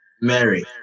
mary